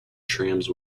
trams